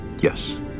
yes